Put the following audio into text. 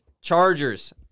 Chargers